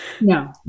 No